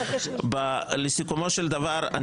לסיכומו של דבר,